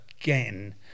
again